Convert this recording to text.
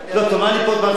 תאמר לי קודם מה התשובה שלך,